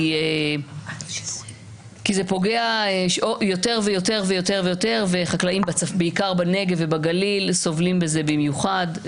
כי זה פוגע יותר ויותר וחקלאים בעיקר בנגב ובגליל סובלים מזה במיוחד,